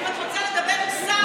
אם את רוצה לדבר עם שר,